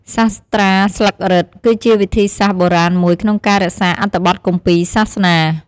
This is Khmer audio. សាស្ត្រាស្លឹករឹតគឺជាវិធីសាស្ត្របុរាណមួយក្នុងការរក្សាអត្ថបទគម្ពីរសាសនា។